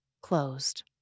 closed